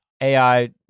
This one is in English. AI